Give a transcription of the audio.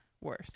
worse